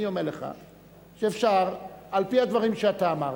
אני אומר לך שאפשר, על-פי הדברים שאתה אמרת,